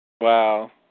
Wow